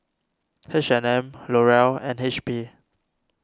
HandM L'Oreal and H P